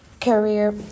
career